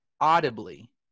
audibly